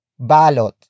Balot